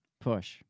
push